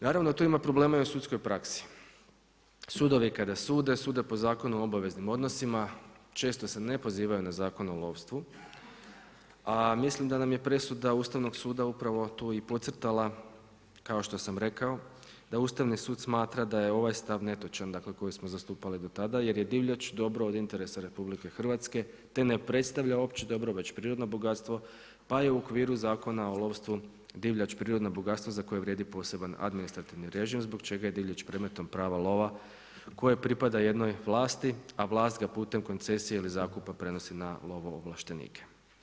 Naravno da tu ima problema i u sudskoj praksi, sudovi, kada sude, sude po Zakonu o obaveznim odnosima, često se ne pozivaju na Zakon o lovstvu a mislim da nam je presuda Ustavnog suda upravo tu i podcrtala, kao što sam rekao, da Ustavni sud smatra da je ovaj stav netočan, dakle koji smo zastupali do tada jer je divljač dobro od interesa RH, te ne predstavlja opće dobro, već prirodno bogatstvo pa je u okviru Zakona o lovstvu divljač prirodno bogatstvo za koje vrijedi poseban administrativni režim zbog čega je divljač predmetom prava lova koje pripada jednoj vlasti a vlast ga putem koncesije ili zakupa prenosi na lovoovlaštenike.